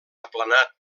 aplanat